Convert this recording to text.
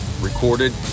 recorded